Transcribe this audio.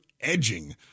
edging